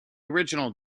original